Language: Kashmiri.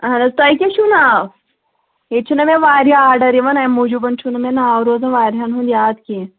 اہن حظ تۄہہِ کیٛاہ چھُو ناو ییٚتہِ چھُنا مےٚ واریاہ آرڈَر یِوان اَمہِ موٗجوٗبَن چھُنہٕ مےٚ ناو روزان واریاہن ہُنٛد یاد کیٚنٛہہ